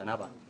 בשנה הבאה.